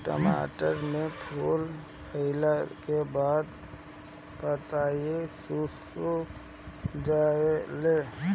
टमाटर में फूल अईला के बाद पतईया सुकुर जाले?